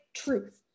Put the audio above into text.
truth